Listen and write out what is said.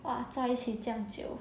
!wah! 在一起这样久